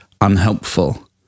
unhelpful